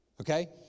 okay